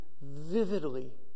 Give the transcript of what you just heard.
vividly